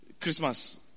Christmas